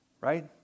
right